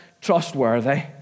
trustworthy